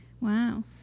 Wow